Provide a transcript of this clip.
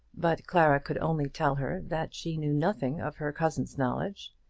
but clara could only tell her that she knew nothing of her cousin's knowledge.